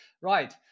right